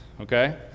okay